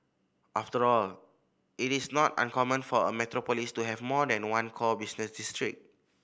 after all it is not uncommon for a metropolis to have more than one core business district